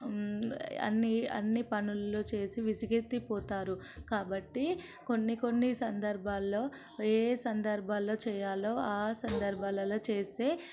అన్ని అన్ని పనులు చేసి విసుగెత్తి పోతారు కాబట్టి కొన్ని కొన్ని సందర్భాల్లో ఏ సందర్భంలో చేయాలో ఆ సందర్భాలలో చేస్తే